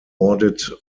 awarded